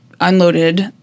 unloaded